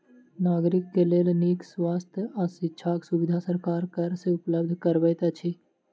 नागरिक के लेल नीक स्वास्थ्य आ शिक्षाक सुविधा सरकार कर से उपलब्ध करबैत अछि